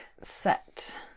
set